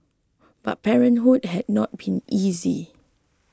but parenthood had not been easy